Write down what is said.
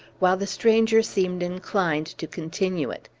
while the stranger seemed inclined to continue it.